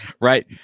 right